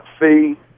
fee